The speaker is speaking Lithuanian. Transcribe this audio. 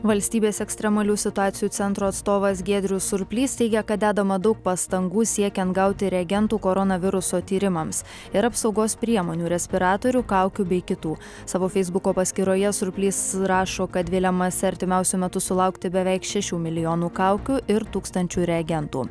valstybės ekstremalių situacijų centro atstovas giedrius surplys teigia kad dedama daug pastangų siekiant gauti reagentų koronaviruso tyrimams ir apsaugos priemonių respiratorių kaukių bei kitų savo feisbuko paskyroje surplys rašo kad viliamasi artimiausiu metu sulaukti beveik šešių milijonų kaukių ir tūkstančių reagentų